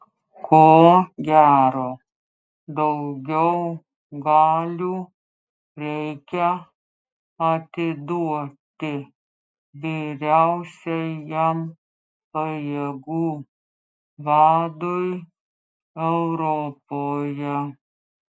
ko gero daugiau galių reikia atiduoti vyriausiajam pajėgų vadui europoje